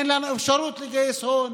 אין לנו אפשרות לגייס הון.